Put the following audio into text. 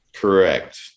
Correct